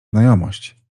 znajomość